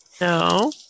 No